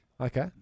okay